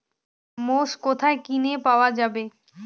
মোষ কোথায় কিনে পাওয়া যাবে?